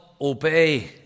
obey